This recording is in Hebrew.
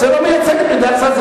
זה לא מייצג את מדינת ישראל,